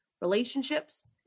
relationships